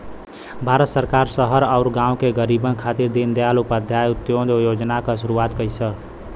भारत सरकार शहर आउर गाँव के गरीबन खातिर दीनदयाल उपाध्याय अंत्योदय योजना क शुरूआत कइलस